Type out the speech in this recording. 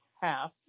half